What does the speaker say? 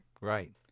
Right